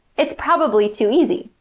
it's probably too easy.